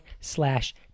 slash